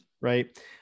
Right